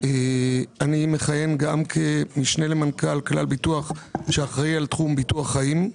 אני מכהן גם כמשנה למנכ"ל כלל ביטוח שאחראי על תחום ביטוח חיים,